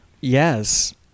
Yes